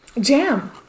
Jam